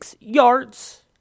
yards